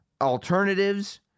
alternatives